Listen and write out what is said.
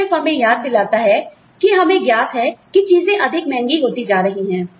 यह सिर्फ हमें याद दिलाता है कि हमें ज्ञात है कि चीजें अधिक महंगी होती जा रही हैं